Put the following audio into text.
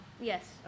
Yes